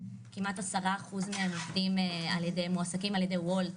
כמעט 10% מהם מועסקים על-ידי וולט,